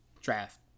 draft